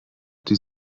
die